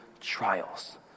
trials